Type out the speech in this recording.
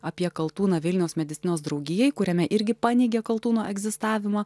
apie kaltūną vilniaus medicinos draugijai kuriame irgi paneigė kaltūno egzistavimą